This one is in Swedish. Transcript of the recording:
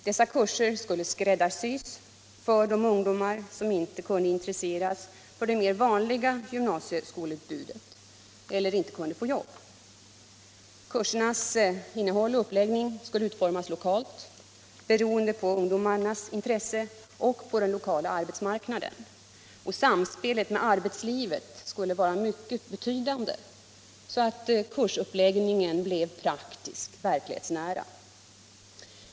Dessa kurser skulle skräddarsys för de ungdomar som inte kunde intresseras för den vanliga gymnasieskolans utbud eller inte kunde få jobb. Kursernas innehåll och uppläggning skulle utformas lokalt beroende på ungdomarnas intresse och på den lokala arbetsmarknaden, och samspelet med arbetslivet skulle vara mycket betydande, så att kursuppläggningen blev praktisk och verklighetsnära.